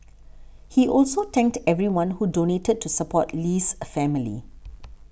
he also thanked everyone who donated to support Lee's a family